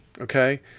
okay